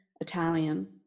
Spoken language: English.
Italian